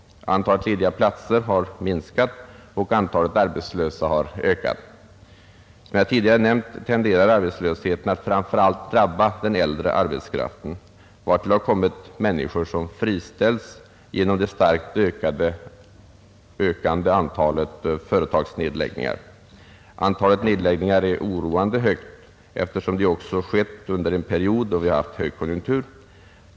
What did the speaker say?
Antalet lediga platser har minskat och antalet arbetslösa ökat. Som jag tidigare nämnt tenderar arbetslösheten att framför allt drabba äldre arbetskraft, vartill har kommit människor som friställts genom det starkt ökande antalet företagsnedläggningar. Antalet nedläggningar är oroande högt eftersom de skett under en period då vi haft högkonjunktur.